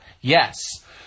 yes